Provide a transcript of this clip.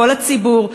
כל הציבור,